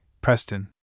Preston